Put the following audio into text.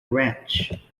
ranch